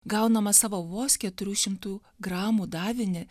gaunamą savo vos keturių šimtų gramų davinį